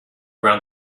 around